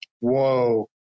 Whoa